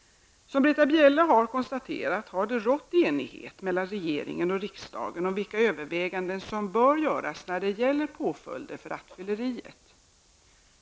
Som Britta Bjelle har konstaterat har det rått enighet mellan regeringen och riksdagen om vilka överväganden som bör göras när det gäller påföljder för rattfylleri.